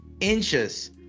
Inches